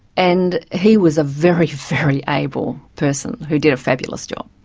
and he was a very, very able person who did a fabulous job.